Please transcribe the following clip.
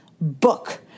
book